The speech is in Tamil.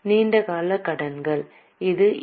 நீண்ட கால கடன்கள் இது என்